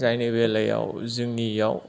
जायनि बेलायाव जोंनियाव